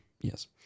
Yes